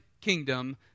kingdom